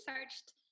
searched